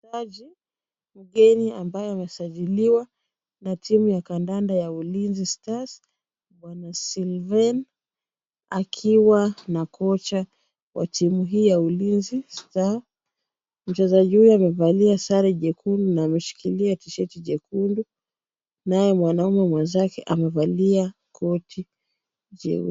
Mchezaji mgeni ambaye amesajiliwa na timu ya kandanda ya Ulinzi stars, Bwana Sylvane akiwa na kocha wa timu hii ya Ulinzi star. Mchezaji huyu amevalia sare jekundu na ameshikilia tisheti jekundu, naye mwanaume mwenzake amevalia koti Jeusi.